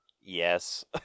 Yes